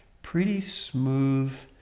pretty smooth,